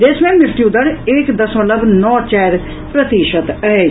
देश मे मृत्यु दर एक दशमलव नओ चारि प्रतिशत अछि